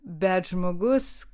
bet žmogus